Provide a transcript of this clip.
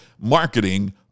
marketing